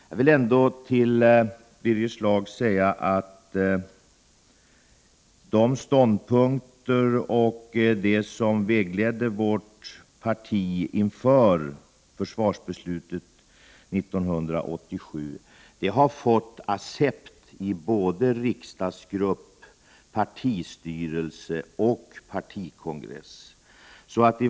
Jag vill säga till Birger Schlaug att de ståndpunkter som vägledde vårt parti inför försvarsbeslutet 1987 har accepterats i både riksdagsgrupp och partistyrelse och av partikongressen.